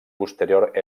posterior